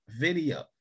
video